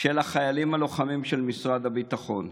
של החיילים הלוחמים של משרד הביטחון.